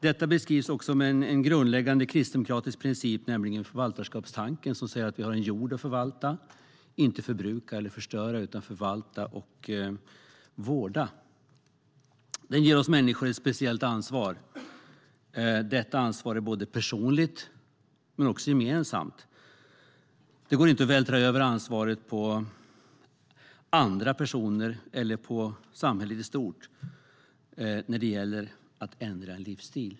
Detta beskrivs också med en grundläggande kristdemokratisk princip, nämligen förvaltarskapstanken, som säger att vi har en jord att förvalta, inte förbruka eller förstöra, utan förvalta och vårda. Den ger oss människor ett speciellt ansvar. Detta ansvar är personligt men också gemensamt. Det går inte att vältra över ansvaret på andra personer eller på samhället i stort när det gäller att ändra livsstil.